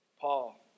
Paul